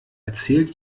erzählt